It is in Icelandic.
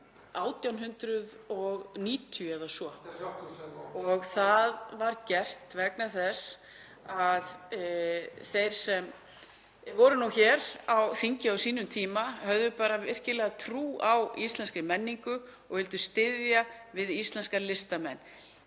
1890 eða svo. Það var gert vegna þess að þeir sem voru hér á þingi á sínum tíma höfðu bara virkilega trú á íslenskri menningu og vildu styðja við íslenska listamenn.